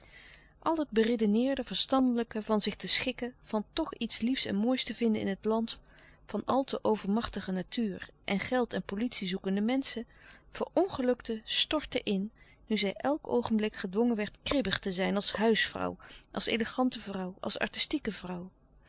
het beredeneerde verstandelijke van zich te schikken van tch iets liefs en moois te vinden in het land van al te overmachtige natuur en geld en pozitie zoekende menschen verongelukte stortte in nu zij elk oogenblik gedwongen werd kribbig te zijn als huisvrouw als elegante vrouw als artistieke vrouw